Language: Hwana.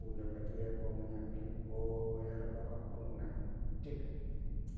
Unda bature ko ma nyamuri ko yarubawa ko nuna duk